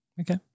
okay